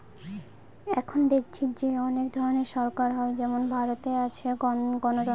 এখন দেখেছি যে অনেক ধরনের সরকার হয় যেমন ভারতে আছে গণতন্ত্র